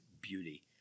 beauty